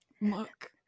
look